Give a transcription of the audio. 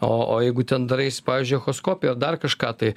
o o jeigu ten darais pavyzdžiui echoskopiją dar kažką tai